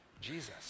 jesus